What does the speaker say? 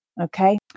okay